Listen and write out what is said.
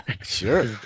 Sure